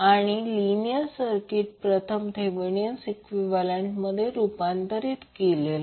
तर linear circuit प्रथम Thevenin इक्विवैलेन्टमध्ये रूपांतर करूया